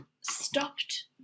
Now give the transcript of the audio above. stopped